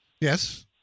Yes